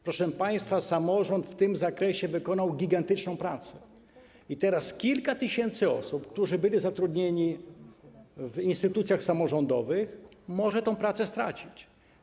Proszę państwa, samorząd w tym zakresie wykonał gigantyczną pracę i teraz kilka tysięcy osób, które były zatrudnione w instytucjach samorządowych, może tę pracę stracić.